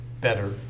better